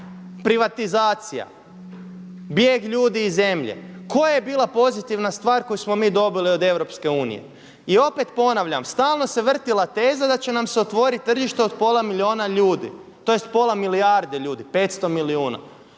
privatizacija, bijeg ljudi iz zemlje. Koja je bila pozitivna stvar koju smo mi dobili od EU? I opet ponavljam, stalno se vrtjela teza da će nam se otvoriti tržište od pola milijuna ljudi, tj. pola milijarde ljudi, 500 milijuna.